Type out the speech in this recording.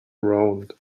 round